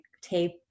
tape